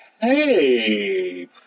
hey